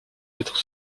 être